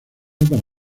para